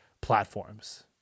platforms